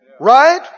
Right